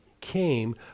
came